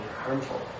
harmful